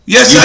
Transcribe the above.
Yes